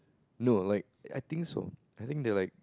no like I think so I think they are like